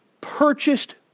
purchased